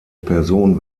person